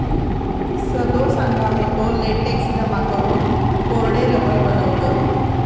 सदो सांगा होतो, लेटेक्स जमा करून कोरडे रबर बनवतत